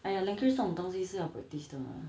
!aiya! language 这种东西是要 practice 的吗